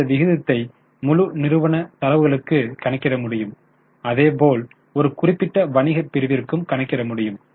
மேலும் இந்த விகிதத்தை முழு நிறுவன தரவுகளுக்கும் கணக்கிட முடியும் அதேபோல் ஒரு குறிப்பிட்ட வணிக பிரிவிற்கும் கணக்கிட முடியும்